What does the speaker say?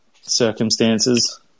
circumstances